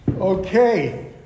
Okay